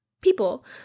people